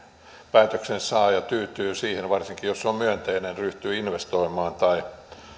päätöksensaaja tyytyy siihen varsinkin jos se on myönteinen ryhtyy investoimaan tai